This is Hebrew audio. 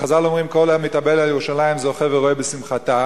וחז"ל אומרים: "כל המתאבל על ירושלים זוכה ורואה בשמחתה"